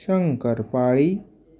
शंकरपाळी